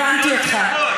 הבנתי אותך.